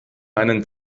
einen